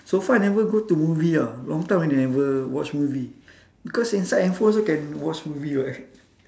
so far I never go to movie ah long time I never watch movie because inside handphone also can watch movie [what]